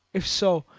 if so,